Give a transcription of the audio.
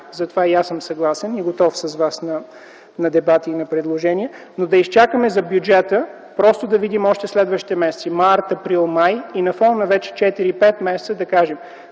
затова и аз съм съгласен и готов с вас на дебати и на предложения. Но да изчакаме за бюджета просто да видим още следващите месеци – март, април, май, и на фона на вече 4-5 месеца да кажем